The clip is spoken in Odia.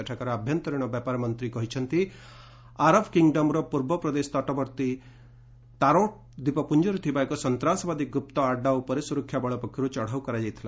ସେଠାକାର ଆଭ୍ୟନ୍ତରୀଣ ବ୍ୟାପାର ମନ୍ତ୍ରୀ କହିଛନ୍ତି ଆରବ କିଙ୍ଗ୍ଡମ୍ର ପୂର୍ବ ପ୍ରଦେଶ ତଟବର୍ତ୍ତୀ ତାରୋଟ୍ ଦ୍ୱୀପପୁଞ୍ଜରେ ଥିବା ଏକ ସନ୍ତାସବାଦୀ ଗୁପ୍ତ ଆଡ୍ଯ ଉପରେ ସୁରକ୍ଷା ବଳ ପକ୍ଷରୁ ଚଡ଼ଉ କରାଯାଇଥିଲା